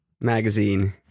magazine